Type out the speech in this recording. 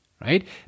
right